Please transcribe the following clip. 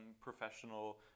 professional